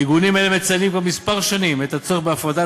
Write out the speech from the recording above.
ארגונים אלו מציינים כבר כמה שנים את הצורך בהפרדת